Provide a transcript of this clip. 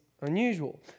unusual